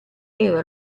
era